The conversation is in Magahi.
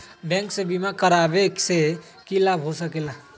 बैंक से बिमा करावे से की लाभ होई सकेला?